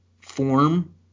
form